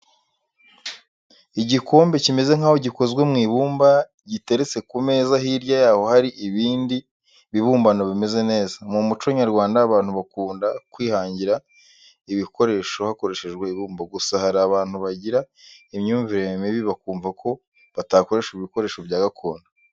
Igikombe kimeze nkaho gikozwe mu ibumba giteretse ku meza hirya yaho hari ibindi bibumbano bimeze neza. Mu muco Nyarwanda abantu bakunda kwihangira ibikoresho bakoresheje ibumba, gusa hari abantu bagira imyumvire mibi bakumva ko batakoresha ibikoresho bya gakondo.